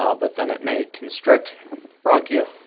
ah but then it may constrict bronchia.